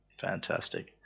Fantastic